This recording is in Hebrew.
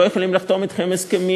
לא יכולים לחתום אתכם הסכמים